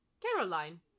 Caroline